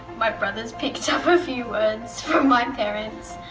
my brother's picked up a few words from my parents